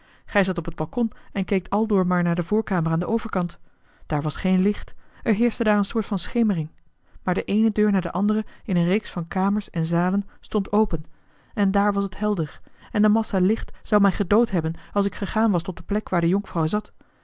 gij zat op het balkon en keekt aldoor maar naar de voorkamer aan den overkant daar was geen licht er heerschte daar een soort van schemering maar de eene deur na de andere in een reeks van kamers en zalen stond open en daar was het helder en de massa licht zou mij gedood hebben als ik gegaan was tot de plek waar de jonkvrouw zat